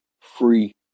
free